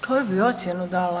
Koju bi ocjenu dala?